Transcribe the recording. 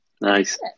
Nice